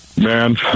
Man